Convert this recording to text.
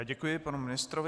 Děkuji panu ministrovi.